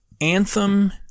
Anthem